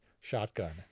shotgun